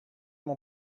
mon